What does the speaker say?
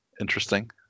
interesting